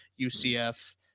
UCF